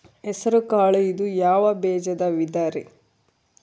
ಹೆಸರುಕಾಳು ಇದು ಯಾವ ಬೇಜದ ವಿಧರಿ?